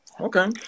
Okay